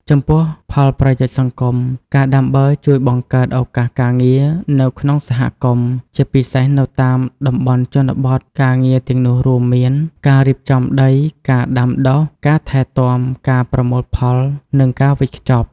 ចំពោះផលប្រយោជន៍សង្គម ការដាំបឺរជួយបង្កើតឱកាសការងារនៅក្នុងសហគមន៍ ជាពិសេសនៅតាមតំបន់ជនបទ ការងារទាំងនោះរួមមានការរៀបចំដី ការដាំដុះ ការថែទាំ ការប្រមូលផល និងការវេចខ្ចប់។